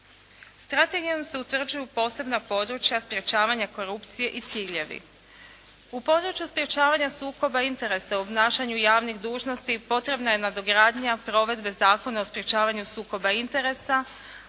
Strategijom se utvrđuju posebna područja sprečavanja korupcije i ciljevi. U području sprečavanja sukoba interesa u obnašanju javnih dužnosti potrebna je nadogradnja provedbe Zakona o sprečavanju sukoba interesa